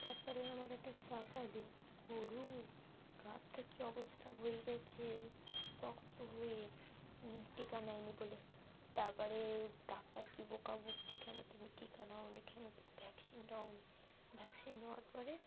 তার পরে আমার একটা চাচাদের গরু গা হাত পা কী অবস্থা হয়ে গিয়েছে পক্স হয়ে টিকা নেয়নি বলে তার পরে ডাক্তার কী বকা বকছে কেন তুমি টিকা নাওনি কেন ভ্যাকসিন নাওনি ভ্যাকসিন নেওয়ার পরে